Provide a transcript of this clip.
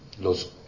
los